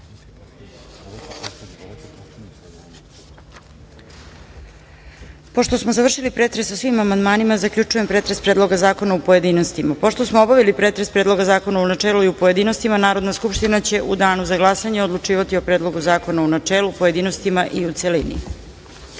smo završili pretres po svim amandmanima, zaključujem pretres Predloga zakona u pojedinostima. Pošto smo obavili pretres Predloga zakona u načelu i u pojedinostima, Narodna skupština će u danu za glasanje odlučivati o Predlogu zakona u načelu, pojedinostima i u